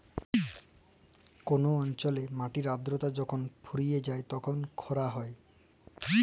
call অল্চলে মাটির আদ্রতা যখল ফুরাঁয় যায় তখল খরা হ্যয়